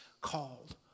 called